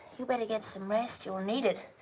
you'd better get some rest. you'll need it.